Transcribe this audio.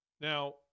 Now